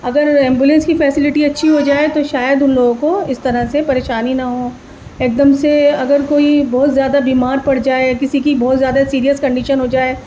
اگر ایمبولینس کی فیسیلٹی اچھی ہو جائے تو شاید ان لوگوں کو اس طرح سے پریشانی نہ ہوں ایک دم سے اگر کوئی بہت زیادہ بیمار پڑ جائے کسی کی بہت زیادہ سیریس کنڈیشن ہو جائے